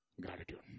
Gratitude